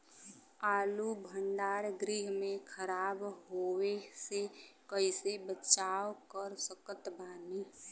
आलू भंडार गृह में खराब होवे से कइसे बचाव कर सकत बानी?